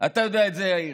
אתה יודע את זה, יאיר.